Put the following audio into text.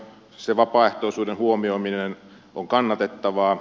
se vapaaehtoisuuden huomioiminen on kannatettavaa